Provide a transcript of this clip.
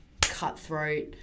cutthroat